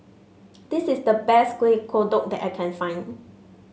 this is the best Kuih Kodok that I can find